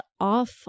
off